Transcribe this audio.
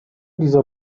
dieser